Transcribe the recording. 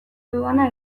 dudana